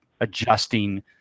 adjusting